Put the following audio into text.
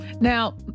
Now